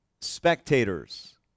spectators